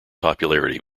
popularity